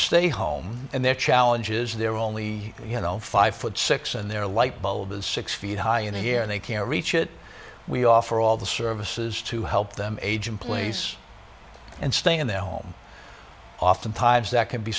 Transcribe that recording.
stay home and their challenges they're only you know five foot six and their light bulb is six feet high and here they can reach it we offer all the services to help them age in place and stay in their home oftentimes that can be